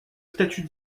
statut